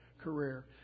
career